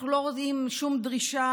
אנחנו לא רואים שום דרישה,